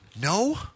No